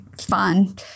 fun